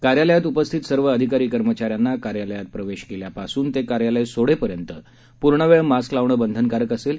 कार्यालयात उपस्थित सर्व अधिकारी कर्मचाऱ्यांना कार्यालयात प्रवेश केल्यापासून ते कार्यालय सोडेपर्यंत पूर्णवेळ मास्क लावणे बंधनकारक आहे